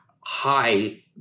high